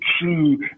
true